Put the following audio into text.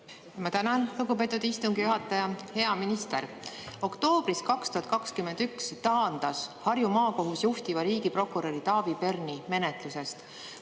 Ma tänan, lugupeetud istungi juhataja! Hea minister! Oktoobris 2021 taandas Harju Maakohus juhtiva riigiprokuröri Taavi Perni menetlusest.